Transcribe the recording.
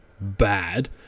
bad